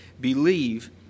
believe